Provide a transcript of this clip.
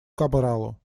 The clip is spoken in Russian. кабралу